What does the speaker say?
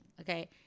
Okay